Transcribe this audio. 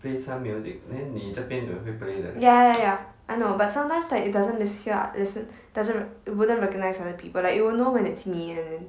ya ya ya I know but sometimes like it doesn't list~ hear listen doesn't wouldn't recognize other people like you will know when it's me and then